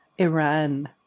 Iran